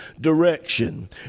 direction